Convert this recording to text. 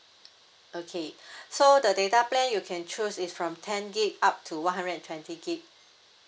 okay so the data plan you can choose is from ten gig up to one hundred and twenty gig